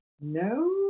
No